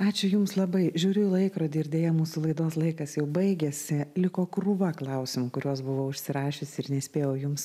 ačiū jums labai žiūriu į laikrodį ir deja mūsų laidos laikas jau baigiasi liko krūva klausimų kuriuos buvau užsirašiusi ir nespėjau jums